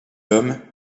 lhomme